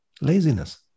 Laziness